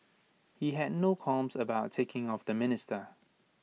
he had no qualms about ticking off the minister